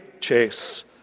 chase